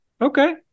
Okay